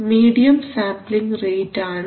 medium sampling rate ആണ്